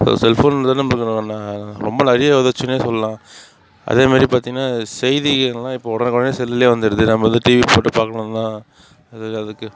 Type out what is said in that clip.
இப்போ செல்ஃபோன் வந்து நம்மளுக்கு ரொம்ப நிறைய உதவுச்சுன்னு சொல்லலாம் அதே மாதிரி பார்த்திங்கன்னா செய்திகள்லாம் இப்போ உடனுக்கூடனே செல்லுலேயே வந்துடுது நம்ம வந்து டிவி போட்டு பார்க்கணுன்லாம் அது அதுக்கு